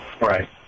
Right